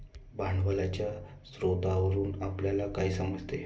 भांडवलाच्या स्रोतावरून आपल्याला काय समजते?